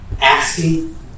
asking